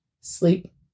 sleep